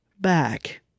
back